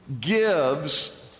gives